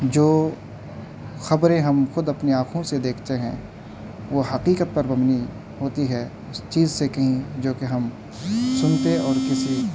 جو خبریں ہم خود اپنی آنکھوں سے دیکھتے ہیں وہ حقیقت پر مبنی ہوتی ہے اس چیز سے کہ جو کہ ہم سنتے اور کسی